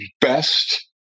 best